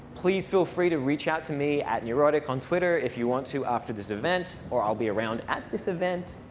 please feel free to reach out to me, neurotic on twitter, if you want to after this event, or i'll be around at this event.